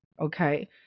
Okay